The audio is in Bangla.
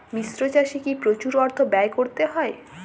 মিশ্র চাষে কি প্রচুর অর্থ ব্যয় করতে হয়?